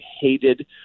hated